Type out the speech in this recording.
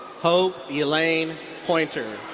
hope elaine pointer.